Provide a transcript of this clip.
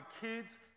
kids